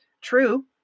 true